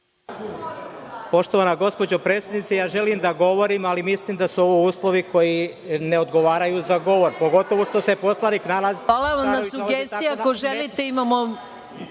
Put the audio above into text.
Poštovana gospođo predsednice, ja želim da govorim, ali mislim da su ovo uslovi koji ne odgovaraju za govor, pogotovo što se poslanik nalazi tako neposredno uz mene, tako